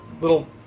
little